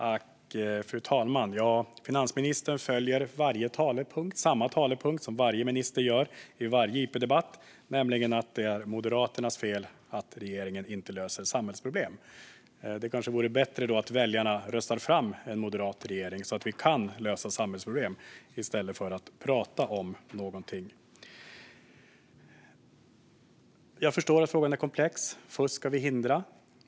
Fru talman! Finansministern använder samma talepunkt som varje minister använder vid varje interpellationsdebatt, nämligen att det är Moderaternas fel att regeringen inte löser samhällsproblem. Det kanske vore bättre om väljarna röstar fram en moderat regering så att vi kan lösa samhällsproblem i stället för att prata om dem. Jag förstår att frågan är komplex. Fusk ska vi hindra.